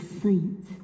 saint